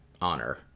honor